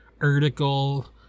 article